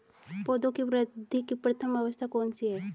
पौधों की वृद्धि की प्रथम अवस्था कौन सी है?